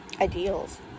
ideals